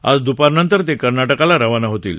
आज द्पारनंतर ते कर्ना काला रवाना होतील